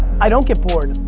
i don't get bored.